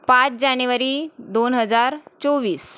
पाच जानेवारी दोन हजार चोवीस